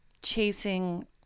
chasing